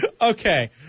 Okay